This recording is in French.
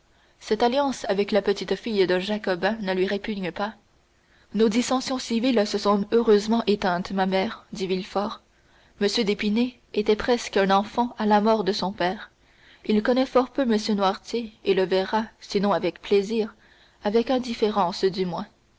cette alliance avec la petite-fille d'un jacobin ne lui répugne pas nos dissensions civiles se sont heureusement éteintes ma mère dit villefort m d'épinay était presque un enfant à la mort de son père il connaît fort peu m noirtier et le verra sinon avec plaisir avec indifférence du moins